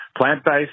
plant-based